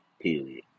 period